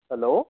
hello